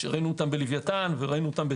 שראינו אותם בלוויתן וראינו אותם בתמר.